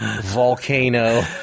Volcano